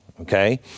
okay